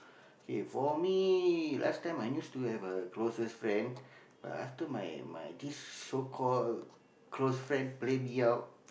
K for me last time I used to have a closest friend but after my my this so called close friend play me out